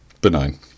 Benign